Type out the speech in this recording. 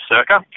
Circa